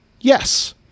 Yes